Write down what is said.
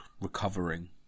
recovering